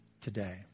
today